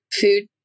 food